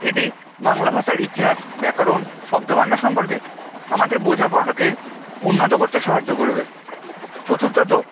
এটি বাংলা ভাষার ইতিহাস ব্যাকরণ শব্দভাণ্ডার সম্পর্কে আমাদের বোঝাপড়াটাকে উন্নত করতে সাহায্য করবে চতুর্থত